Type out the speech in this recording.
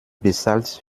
bezahlt